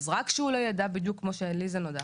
אז רק שהוא לא יידע בדיוק כמו שלי זה נודע.